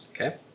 Okay